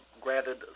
granted